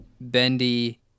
Bendy